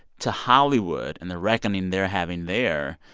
to hollywood and the reckoning they're having there,